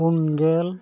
ᱯᱩᱱ ᱜᱮᱞ